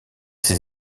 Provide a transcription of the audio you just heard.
ses